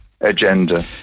agenda